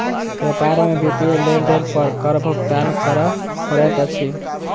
व्यापार में वित्तीय लेन देन पर कर भुगतान करअ पड़ैत अछि